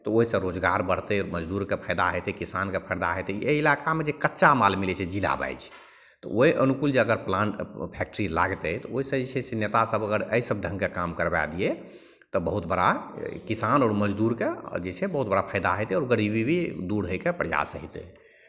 तऽ ओहिसे रोजगार बढ़तै मजदूरकेँ फायदा हेतै किसानकेँ फायदा हेतै एहि इलाकामे जे कच्चा माल मिलै छै जिला वाइज तऽ ओहि अनुकूल जे अगर प्लान्ट फैक्टरी लागतै तऽ ओहिसे जे छै से नेता सब अगर एहि सब ढङ्गके काम करबै दिए तऽ बहुत बड़ा किसान आओर मजदूरकेँ जे छै बहुत बड़ा फायदा हेतै आओर गरीबी भी दूर होइके प्रयास हेतै